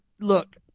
Look